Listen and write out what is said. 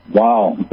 wow